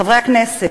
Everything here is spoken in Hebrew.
חברי הכנסת,